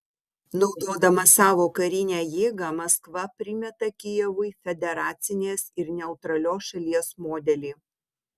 naudodama savo karinę jėgą maskva primeta kijevui federacinės ir neutralios šalies modelį